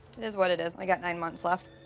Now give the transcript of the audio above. it is what it is. i got nine months left.